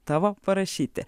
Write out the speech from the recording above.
tavo parašyti